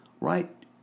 right